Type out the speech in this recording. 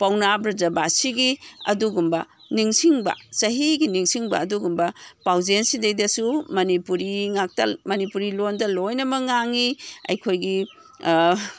ꯄꯥꯎꯅꯥ ꯕ꯭ꯔꯥꯖꯕꯥꯁꯤꯒꯤ ꯑꯗꯨꯒꯨꯝꯕ ꯅꯤꯡꯁꯤꯡꯕ ꯆꯍꯤꯒꯤ ꯅꯤꯡꯁꯤꯡꯕ ꯑꯗꯨꯒꯨꯝꯕ ꯄꯥꯎꯖꯦꯟꯁꯤꯗꯩꯗꯁꯨ ꯃꯅꯤꯄꯨꯔꯤ ꯉꯥꯛꯇ ꯃꯅꯤꯄꯨꯔꯤ ꯂꯣꯟꯗ ꯂꯣꯏꯅꯃꯛ ꯉꯥꯡꯏ ꯑꯩꯈꯣꯏꯒꯤ